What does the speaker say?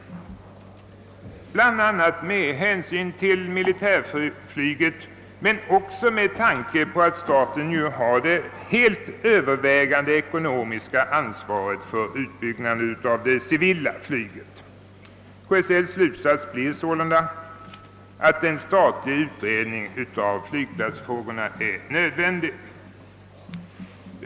Detta bl.a. med hänsyn till militärflyget men också med tanke på att staten har det helt övervägande ekonomiska ansvaret för utbyggnaden av det civila flyget. KSL:s slutsats blir sålunda att en statlig utredning av flygplatsfrågorna är nödvändig.